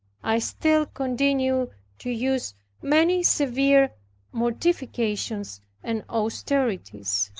i still continued to use many severe mortifications and austerities.